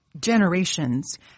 generations